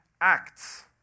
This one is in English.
acts